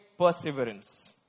perseverance